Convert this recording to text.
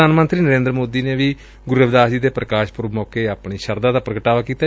ਪ੍ਰਧਾਨ ਮੰਤਰੀ ਨਰੇਂਦਰ ਸੋਦੀ ਨੇ ਵੀ ਗੁਰੁ ਰਵੀਦਾਸ ਦੇ ਪ੍ਰਕਾਸ਼ ਪੁਰਬ ਸੌਕੇ ਆਪਣੀ ਸ਼ਰਧਾ ਦਾ ਪੁਗਟਾਵਾ ਕੀਤੈ